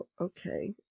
okay